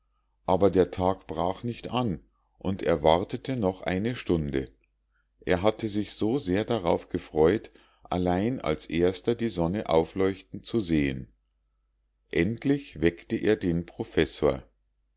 aber der tag brach nicht an und er wartete noch eine stunde er hatte sich so sehr darauf gefreut allein als erster die sonne aufleuchten zu sehen endlich weckte er den professor